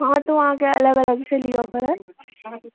हँ तऽ ओ अहाँके अलग अलगसँ लिअ पड़त